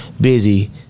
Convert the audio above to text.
Busy